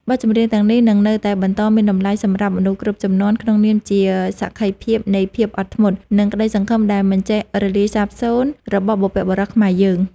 បទចម្រៀងទាំងនេះនឹងនៅតែបន្តមានតម្លៃសម្រាប់មនុស្សគ្រប់ជំនាន់ ក្នុងនាមជាសក្ខីភាពនៃភាពអត់ធ្មត់ និងក្តីសង្ឃឹមដែលមិនចេះរលាយសាបសូន្យរបស់បុព្វបុរសខ្មែរយើង។